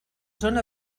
zona